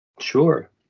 Sure